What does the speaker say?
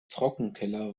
trockenkeller